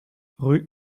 rue